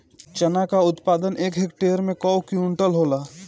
चना क उत्पादन एक हेक्टेयर में कव क्विंटल होला?